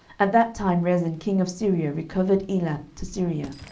at that time rezin king of syria recovered elath to syria,